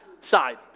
side